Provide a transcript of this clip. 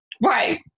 Right